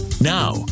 Now